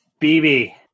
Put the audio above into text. BB